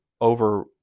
over